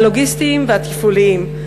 הלוגיסטיים והתפעוליים.